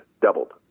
doubled